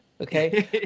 okay